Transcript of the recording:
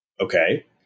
Okay